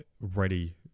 ready